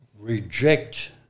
reject